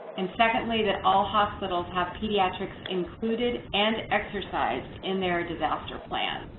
and secondly that all hospitals have pediatrics included and exercised in their disaster plan.